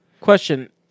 Question